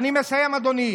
אני מסיים, אדוני.